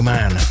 Man